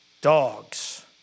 dogs